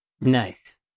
Nice